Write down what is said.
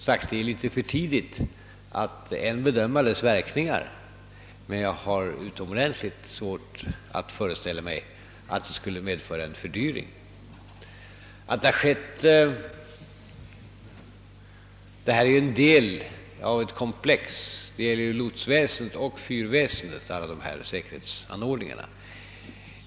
Det är som sagt ännu för tidigt att bedöma verkningarna, men jag har utomordentligt svårt att föreställa mig att rationaliseringen skulle ha medfört en fördyring. Detta är en del av ett komplex; alla dessa säkerhetsanordningar gäller både lotsväsendet och fyrväsendet.